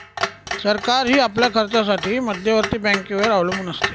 सरकारही आपल्या खर्चासाठी मध्यवर्ती बँकेवर अवलंबून असते